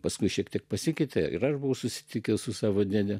paskui šiek tiek pasikeitė ir aš buvau susitikęs su savo dėdę